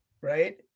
Right